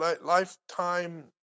lifetime